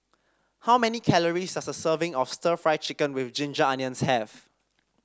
how many calories does a serving of stir Fry Chicken with Ginger Onions have